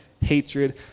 hatred